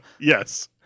Yes